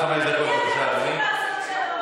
עם מי אתם רוצים לעשות שלום?